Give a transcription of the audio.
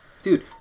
dude